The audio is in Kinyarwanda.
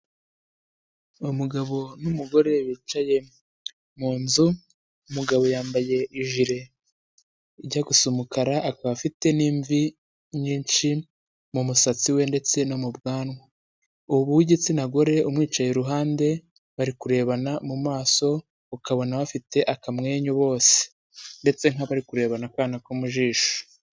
Umugabo n'umugore bicaye mu nzu. Umugabo yambaye jire ijya gusa umukara, akab’afite n'imvi nyinshi mu musatsi we ndetse no mu bwanwa. Uwo w'igitsina gore umwicaye iruhande, bari kurebana mu maso ukabona bafite akamwenyu bose ndetse nk'abari kurebana akana ko mu jisho.